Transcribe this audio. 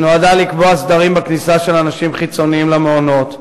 היא נועדה לקבוע סדרים בכניסה של אנשים חיצוניים למעונות.